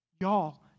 Y'all